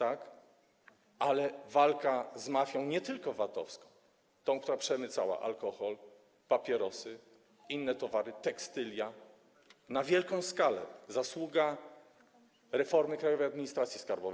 Ale walka z mafią nie tylko VAT-owską, tą, która przemycała alkohol, papierosy, inne towary, tekstylia - na wielką skalę - to zasługa reformy Krajowej Administracji Skarbowej.